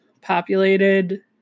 populated